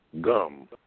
gum